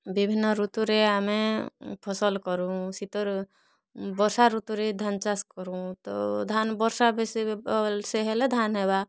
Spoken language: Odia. ବିଭିନ୍ନ ଋତୁରେ ଆମେ ଫସଲ୍ କରୁଁ ଶୀତ ବର୍ଷା ଋତୁରେ ଧାନ୍ ଚାଷ୍ କରୁଁ ତ ଧାନ୍ ବର୍ଷା ବେଶୀ ଭଲ୍ସେ ହେଲେ ଧାନ୍ ହେବା